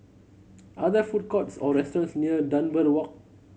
are there food courts or restaurants near Dunbar Walk